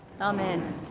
Amen